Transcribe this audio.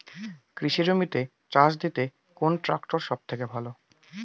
কৃষি জমিতে চাষ দিতে কোন ট্রাক্টর সবথেকে ভালো?